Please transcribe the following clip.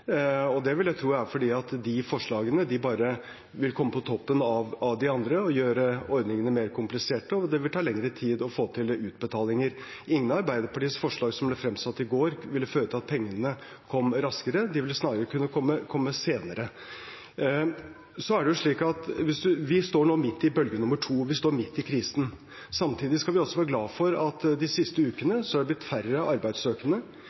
og det vil jeg tro er fordi de forslagene bare vil komme på toppen av de andre og gjøre ordningene mer kompliserte, og det vil ta lengre tid å få til utbetalinger. Ingen av Arbeiderpartiets forslag som ble fremsatt i går, ville føre til at pengene kom raskere – de ville snarere kunne komme senere. Vi står nå midt i bølge nr. 2, vi står midt i krisen. Samtidig skal vi være glad for at de siste ukene er det blitt færre arbeidssøkende.